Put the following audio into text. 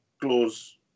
clause